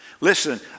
Listen